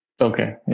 Okay